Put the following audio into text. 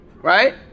right